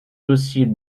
docile